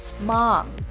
mom